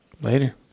Later